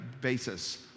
basis